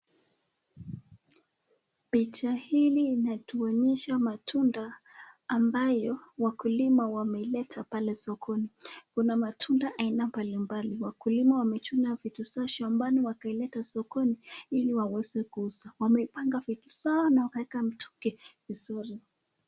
Picha hili inatuonyesha matunda ambayo wakulima wameileta pale sokoni. Kuna matunda aina mbalimbali. Wakulima wamechuna vitu zao shambani wakaileta sokoni ili waweze kuuza. Wameipanga vizuri sana na wakaweka mitungi vizuri.